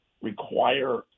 require